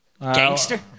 Gangster